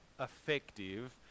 effective